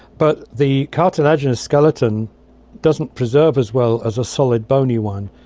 but the cartilaginous skeleton doesn't preserve as well as a solid bony one.